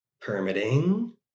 Permitting